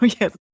yes